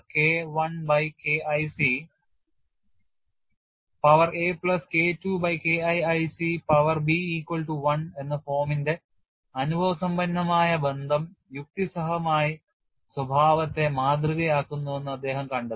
K I by K IC power a plus K II by K IIC power b equal to 1 എന്ന ഫോമിന്റെ അനുഭവസമ്പന്നമായ ബന്ധം യുക്തിസഹമായി സ്വഭാവത്തെ മാതൃകയാക്കുന്നുവെന്ന് അദ്ദേഹം കണ്ടെത്തി